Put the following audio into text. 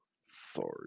sorry